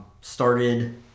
Started